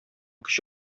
көч